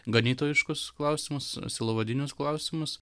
ganytojiškus klausimus sielovadinius klausimus